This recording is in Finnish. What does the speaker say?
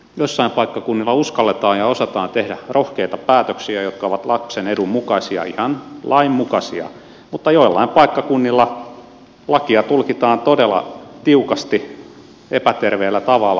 joillain paikkakunnilla uskalletaan ja osataan tehdä rohkeita päätöksiä jotka ovat lapsen edun mukaisia ihan lainmukaisia mutta joillain paikkakunnilla lakia tulkitaan todella tiukasti epäterveellä tavalla